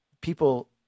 people